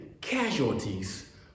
casualties